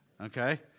Okay